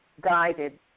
guided